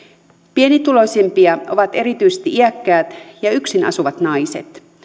pienituloisimpia ovat erityisesti iäkkäät ja yksinasuvat naiset